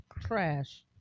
trash